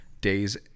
days